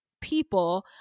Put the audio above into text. people